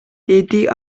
деди